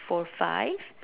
four five